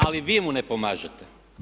Ali vi mu ne pomažete.